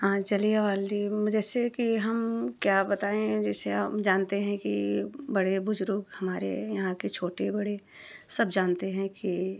हाँ जालियावाला में जैसे कि हम क्या बताएँ जैसे हम जानते हैं कि बड़े बुजुर्ग हमारे यहाँ के छोटे बड़े सब जानते हैं कि